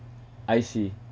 I see